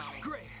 great